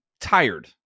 tired